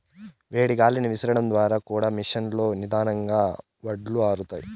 వేడి గాలిని విసరడం ద్వారా కూడా మెషీన్ లో నిదానంగా వడ్లు ఆరుతాయి